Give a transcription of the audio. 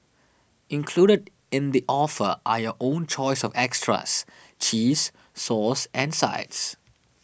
included in the offer are your own choice of extras cheese sauce and sides